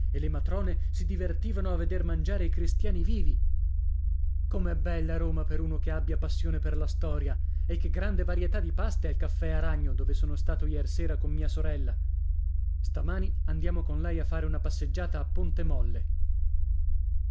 e le matrone si divertivano a veder mangiare i cristiani vivi com'è bella roma per uno che abbia passione per la storia e che grande varietà di paste al caffè aragno dove sono stato iersera con mia sorella stamani andiamo con lei a fare una passeggiata a ponte molle